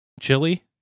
Chili